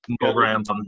programs